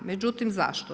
Međutim zašto?